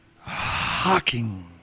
hawking